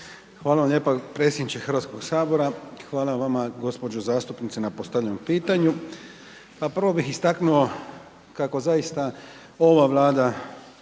Hvala vam lijepa predsjedniče HS. Hvala vama gđo. zastupnice na postavljenom pitanju. Pa prvo bih istaknuo kako zaista ova Vlada